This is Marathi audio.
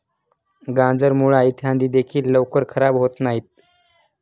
गाजर, मुळा इत्यादी देखील लवकर खराब होत नाहीत